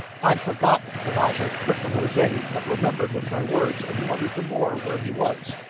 i forgot that i had crippled jose, but remembered with my words, and wondered the more where he was.